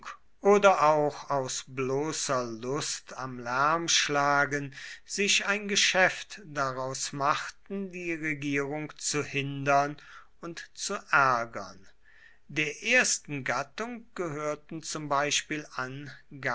oder auch aus bloßer lust am lärmschlagen sich ein geschäft daraus machten die regierung zu hindern und zu ärgern der ersten gattung gehörten zum beispiel an